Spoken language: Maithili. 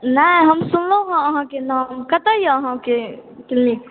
नहि हम सुनलहुॅं हें अहाँके नाम कतय यऽ अहाँके क्लिनिक